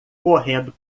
correndo